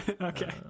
Okay